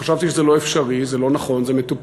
חשבתי שזה לא אפשרי, זה לא נכון, זה מטופש.